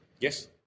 Yes